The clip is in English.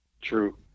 True